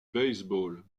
baseball